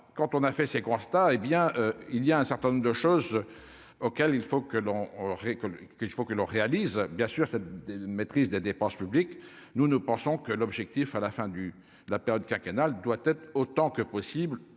quand on a fait ces constats, hé bien il y a un certain nombre de choses auxquelles il faut que l'on on que qu'il faut que l'on réalise bien sûr cette maîtrise des dépenses publiques, nous nous pensons que l'objectif à la fin du la période quinquennale doit être autant que possible